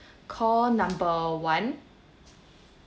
call number one